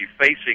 facing